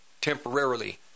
temporarily